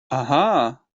aha